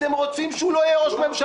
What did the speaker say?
אתם רוצים שהוא לא יהיה ראש ממשלה,